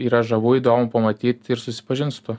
yra žavu įdomu pamatyt ir susipažint su tuo